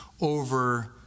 over